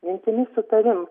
mintimis su tavim